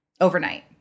overnight